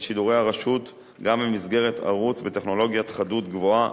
את שידורי הרשות גם במסגרת ערוץ בטכנולוגיית חדות גבוהה,